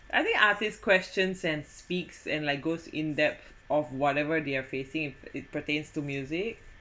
I think artist questions and speaks in like goes in depth of whatever they're facing it pertains to music